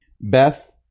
Beth